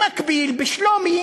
במקביל, בשלומי